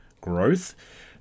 growth